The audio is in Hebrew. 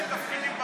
בשביל תפקידים,